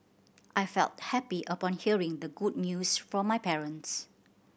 I felt happy upon hearing the good news from my parents